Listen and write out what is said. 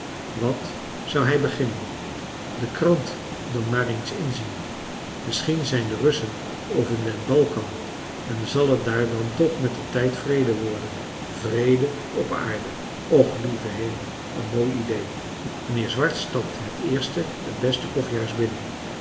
wat zou hij beginnen de krant dan maar eens inzien misschien zijn de russen over den balkan en zal het daar dan toch mettertijd vrede worden vrede op aarde och lieve hemel een mooi idee mijnheer swart stapt het eerste het beste koffiehuis binnen